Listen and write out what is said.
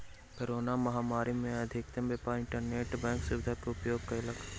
corona महामारी में अधिकतम व्यापार इंटरनेट बैंक सुविधा के उपयोग कयलक